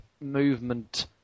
movement